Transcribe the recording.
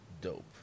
dope